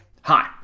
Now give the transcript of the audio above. Hi